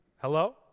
Hello